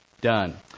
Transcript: done